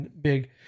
big